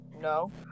No